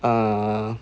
err